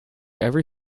every